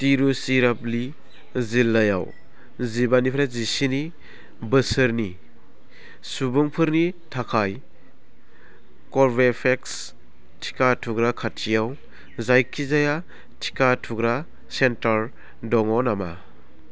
तिरुचिरापलि जिल्लायाव जिबा निफ्राय जिस्नि बोसोरनि सुबुंफोरनि थाखाय कर्वेभेक्स टिका थुग्रा खाथिआव जायखिजाया टिका थुग्रा सेन्टार दङ नामा